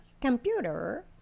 Computer